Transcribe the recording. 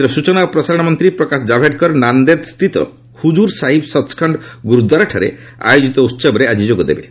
କେନ୍ଦ୍ର ସ୍ୱଚନା ଓ ପ୍ରସାରଣ ମନ୍ତ୍ରୀ ପ୍ରକାଶ ଜାଭଡେକର ନାନ୍ଦେଦ ସ୍ଥିତ ହୁକ୍କୁର ସାହିବ ସଚ୍ଖଣ୍ଡ ଗୁରୁଦ୍ୱାରଠାରେ ଆୟୋଜିତ ଉତ୍ସବରେ ଯୋଗଦେବେ